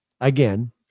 again